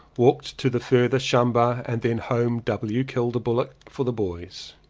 walked to the further shamba and then home. w. killed a bullock for the boys.